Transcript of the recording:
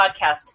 podcast